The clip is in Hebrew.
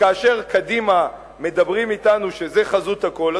וכאשר קדימה אומרים לנו שזה חזות הכול,